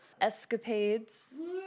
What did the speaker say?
escapades